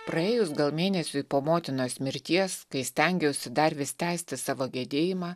praėjus gal mėnesiui po motinos mirties kai stengiausi dar vis tęsti savo gedėjimą